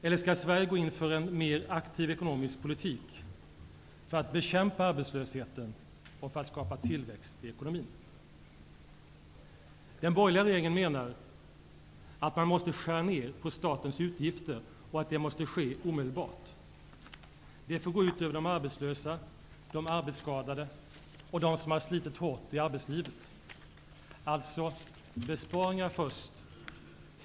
Eller skall Sverige gå in för en mera aktiv ekonomisk politik för att bekämpa arbetslösheten och skapa tillväxt i ekonomin? Den borgerliga regeringen menar att man måste skära ner statens utgifter och att det måste ske omedelbart. Det får gå ut över de arbetslösa, de arbetsskadade och de som har slitit hårt i arbetslivet. Alltså: besparingar först.